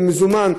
במזומן?